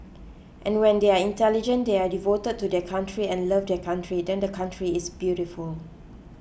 and when they are intelligent they are devoted to their country and love their country then the country is beautiful